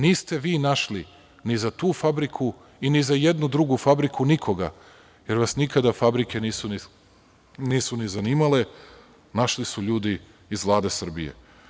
Niste vi našli ni za tu fabriku, i ni za jednu drugu fabriku nikoga, jer vas nikada fabrike nisu ni zanimale, našli su ljudi iz Vlade Srbije.